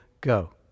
go